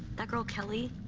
that girl kelly.